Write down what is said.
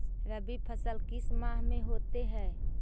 रवि फसल किस माह में होते हैं?